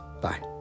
Bye